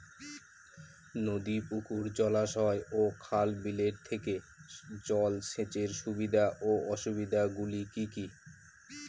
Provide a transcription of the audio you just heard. নদী পুকুর জলাশয় ও খাল বিলের থেকে জল সেচের সুবিধা ও অসুবিধা গুলি কি কি?